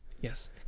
yes